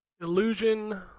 Illusion